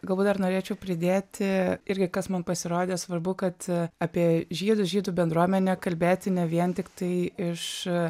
galbūt dar norėčiau pridėti irgi kas man pasirodė svarbu kad apie žydus žydų bendruomenę kalbėti ne vien tiktai iš